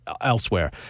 elsewhere